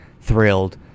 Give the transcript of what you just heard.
thrilled